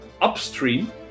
upstream